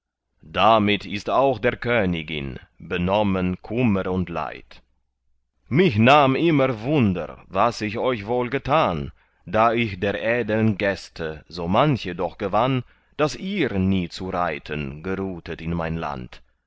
damit ist auch der königin benommen kummer und leid mich nahm immer wunder was ich euch wohl getan da ich der edeln gäste so manche doch gewann daß ihr nie zu reiten geruhtet in mein land